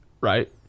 Right